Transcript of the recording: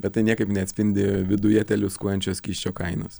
bet tai niekaip neatspindi viduje teliūskuojančio skysčio kainos